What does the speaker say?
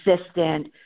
assistant